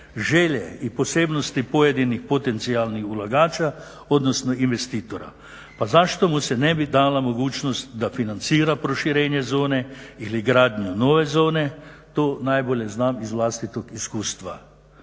želje i posebnosti pojedinih potencijalnih ulagača odnosno investitora. Pa zašto mu se ne bi dala mogućnost da financira proširenje zone ili gradnju nove zone, to najbolje znam iz vlastitog iskustva.